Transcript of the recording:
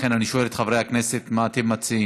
לכן אני שואל את חברי הכנסת, מה אתם מציעים?